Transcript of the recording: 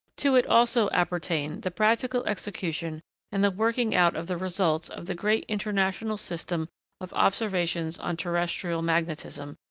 to it also appertain the practical execution and the working out of the results of the great international system of observations on terrestrial magnetism,